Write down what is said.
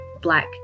Black